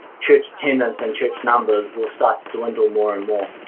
church attendance and church numbers will start to dwindle more and more.